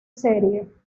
serie